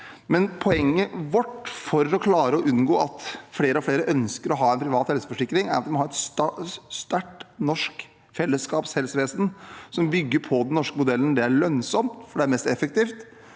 Vårt poeng for å klare å unngå at flere og flere ønsker å ha privat helseforsikring, er at vi må ha et sterkt norsk fellesskapshelsevesen som bygger på den norske modellen. Det er lønnsomt, for det er mest effektivt.